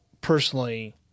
personally